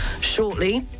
shortly